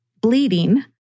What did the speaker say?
bleeding